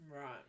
Right